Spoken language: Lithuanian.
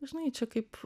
žinai čia kaip